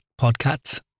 podcasts